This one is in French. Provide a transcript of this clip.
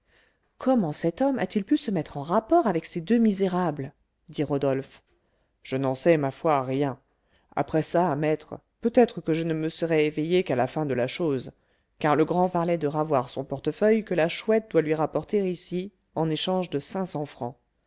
comment cet homme a-t-il pu se mettre en rapport avec ces deux misérables dit rodolphe je n'en sais ma foi rien après ça maître peut-être que je ne me serai éveillé qu'à la fin de la chose car le grand parlait de ravoir son portefeuille que la chouette doit lui rapporter ici en échange de cinq cents francs